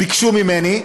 ביקשו ממני,